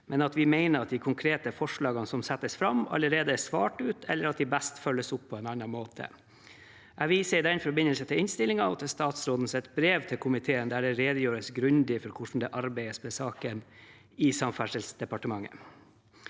men at vi mener at de konkrete forslagene som settes fram, allerede er svart ut eller best følges opp på en annen måte. Jeg viser i den forbindelse til innstillingen og til statsrådens brev til komiteen, der det redegjøres grundig for hvordan det arbeides med saken i Samferdselsdepartementet.